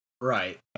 Right